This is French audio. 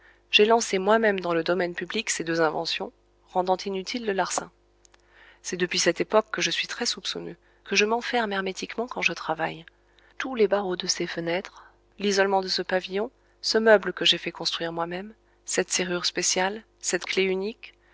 j'ai lancé moi-même dans le domaine public ces deux inventions rendant inutile le larcin c'est depuis cette époque que je suis très soupçonneux que je m'enferme hermétiquement quand je travaille tous les barreaux de ces fenêtres l'isolement de ce pavillon ce meuble que j'ai fait construire moi-même cette serrure spéciale cette clef unique